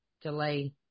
delay